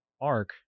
arc